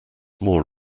more